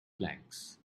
planks